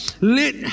Let